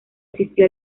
asistió